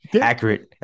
accurate